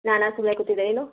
ನಾನಾ ಸುಮ್ಮನೆ ಕೂತಿದ್ದೆ ನೀನು